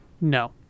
No